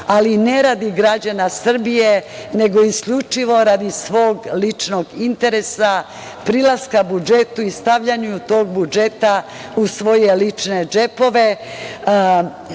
ali ne radi građana Srbije, nego isključivo radi svog ličnog interesa, prilaska budžetu i stavljanja tog budžeta u svoje lične džepove.